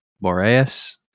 Boreas